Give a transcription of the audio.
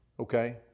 Okay